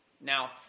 Now